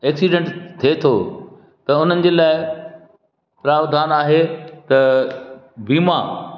accident थिए थो त हुननि जे लाइ प्रावधान आहे त बीमा